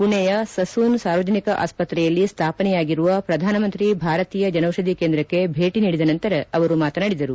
ಪುಣೆಯ ಸಸೂನ್ ಸಾರ್ವಜನಿಕ ಆಸ್ವತ್ರೆಯಲ್ಲಿ ಸ್ಮಾಪನೆಯಾಗಿರುವ ಪ್ರಧಾನಮಂತ್ರಿ ಭಾರತೀಯ ಜನೌಷಧಿ ಕೇಂದ್ರಕ್ಕೆ ಭೇಟಿ ನೀಡಿದ ನಂತರ ಅವರು ಮಾತನಾಡಿದರು